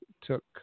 took